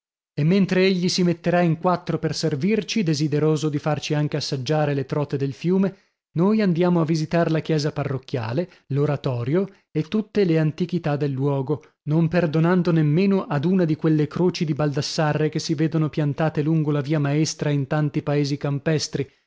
e mentre egli si metterà in quattro per servirci desideroso di farci anche assaggiare le trote del fiume noi andiamo a visitar la chiesa parrocchiale l'oratorio e tutte le antichità del luogo non perdonando nemmeno ad una di quelle croci di baldassarre che si vedono piantate lungo la via maestra in tanti paesi campestri